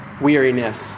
weariness